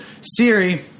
Siri